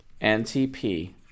NTP